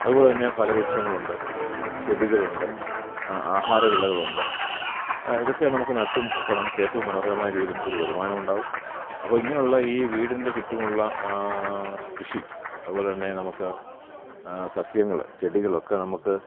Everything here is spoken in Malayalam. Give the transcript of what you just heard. അതുപോലെതന്നെ ഫലവൃക്ഷങ്ങളുണ്ട് ചെടികളുണ്ട് ആഹാര വിളകളുണ്ട് ഇതൊക്കെ നമുക്ക് നട്ടും ഒക്കെ നമുക്കേറ്റവും മനോഹരമായ രീതിയിൽ നമുക്കൊരു വരുമാനമുണ്ടാകും അപ്പോൾ ഇങ്ങനെയുള്ള ഈ വീടിൻ്റെ ചുറ്റുമുള്ള കൃഷി അതുപോലെതന്നെ നമുക്ക് സസ്യങ്ങൾ ചെടികളൊക്കെ നമുക്ക്